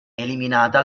eliminata